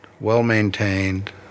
well-maintained